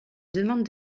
demande